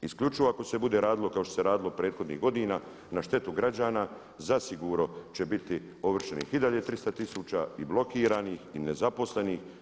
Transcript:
Isključivo ako se bude radilo kao što se radilo prethodnih godina na štetu građana zasigurno će biti ovršenih i dalje 300 tisuća i blokiranih i nezaposlenih.